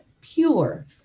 pure